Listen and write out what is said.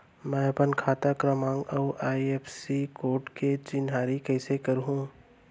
मैं अपन खाता क्रमाँक अऊ आई.एफ.एस.सी कोड के चिन्हारी कइसे करहूँ?